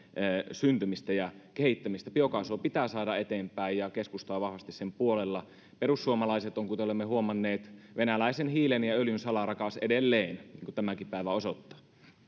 syntymistä ja kehittämistä biokaasua pitää saada eteenpäin ja keskusta on vahvasti sen puolella perussuomalaiset ovat kuten olemme huomanneet venäläisen hiilen ja öljyn salarakas edelleen niin kuin tämäkin päivä osoittaa ensin